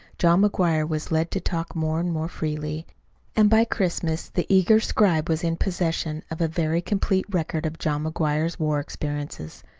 john mcguire was led to talk more and more freely and by christmas the eager scribe was in possession of a very complete record of john mcguire's war experiences,